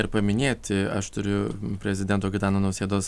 ir paminėti aš turiu prezidento gitano nausėdos